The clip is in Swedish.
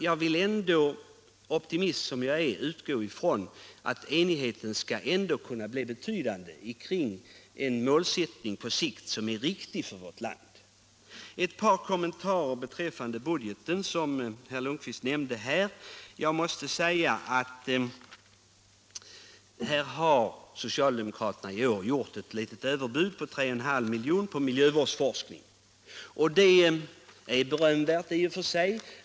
Jag vill dock — optimist som jag är — utgå från att enigheten skall bli så gott som fullkomlig kring en målsättning som på sikt är riktig för vårt land. Så ett par kommentarer beträffande budgeten, som herr Lundkvist nämnde. Socialdemokraterna har i år gått ut med ett litet överbud på 3,5 milj.kr. för miljövårdsforskningen. Det är berömvärt i och för sig.